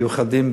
מיוחדים,